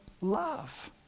love